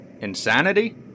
insanity